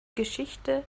geschichte